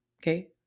okay